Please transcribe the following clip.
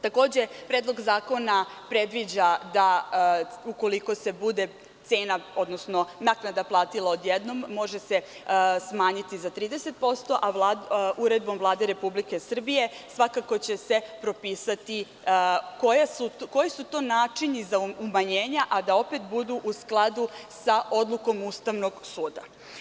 Takođe, Predlog zakona predviđa da ukoliko se bude cena, odnosno naknada platila odjednom može se smanjiti za 30%, a Uredbom Vlade Republike Srbije svakako će se propisati koji su to načini za umanjenja, a da opet budu u skladu sa odlukom Ustavnog suda.